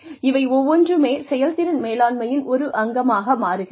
இவை ஒவ்வொன்றுமே செயல்திறன் மேலாண்மையின் ஒரு அங்கமாக மாறுகிறது